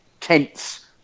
tense